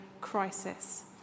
crisis